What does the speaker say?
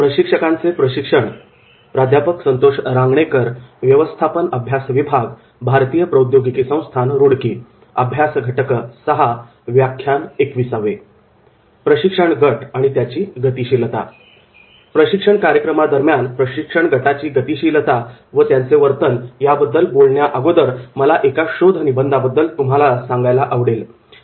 प्रशिक्षण गट आणि त्याची गतिशीलता प्रशिक्षण कार्यक्रमादरम्यान प्रशिक्षण गटाची गतिशीलता व त्यांचे वर्तन याबद्दल बोलण्या अगोदर मला एका शोधनिबंधाबद्दल तुम्हाला सांगायला आवडेल